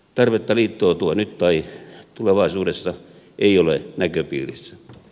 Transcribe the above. tarvetta liittoutua nyt tai tulevaisuudessa ei ole näköpiirissä